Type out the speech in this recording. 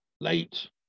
late